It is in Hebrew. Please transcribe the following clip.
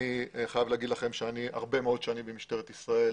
אני חייב לומר לכם שאני הרבה מאוד שנים במשטרת ישראל,